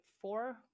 four